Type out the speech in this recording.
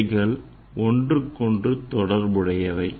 இவைகள் ஒன்றுக்கொன்று தொடர்புடையவை